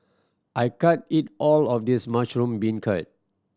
I can't eat all of this mushroom beancurd